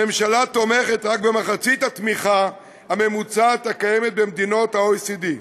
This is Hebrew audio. הממשלה תומכת רק במחצית התמיכה הממוצעת הקיימת במדינות ה-OECD,